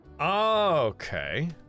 okay